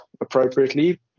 appropriately